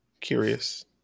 curious